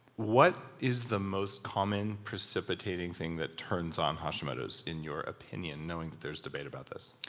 what is the most common precipitating thing that turns on hashimoto's, in your opinion, knowing that there's debate about this?